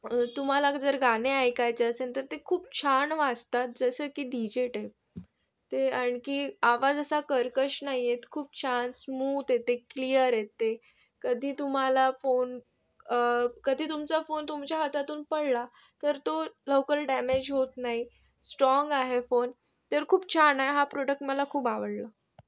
तुम्हाला जर गाणे ऐकायचे असेल तर ते खूप छान वाजतात जसं की डी जे टाईप ते आणखी आवाज असा कर्कश नाही येत खूप छान स्मूथ येते क्लिअर येते कधी तुम्हाला फोन कधी तुमचा फोन तुमच्या हातातून पडला तर तो लवकर डॅमेज होत नाही स्ट्राँग आहे फोन तर खूप छान आहे हा प्रॉडक्ट मला खूप आवडला